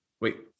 Wait